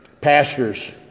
Pastors